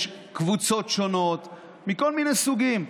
יש קבוצות שונות מכל מיני סוגים,